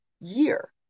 year